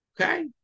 Okay